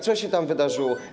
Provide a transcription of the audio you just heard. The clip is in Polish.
Co się tam wydarzyło?